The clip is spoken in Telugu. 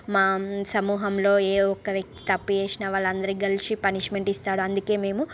మా సమూహంలో ఏ ఒక్కరికి తప్పు చేసిన వాళ్ళందరికీ కలిసి పనిష్మెంట్ ఇస్తాడు అందుకే మేము